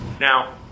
Now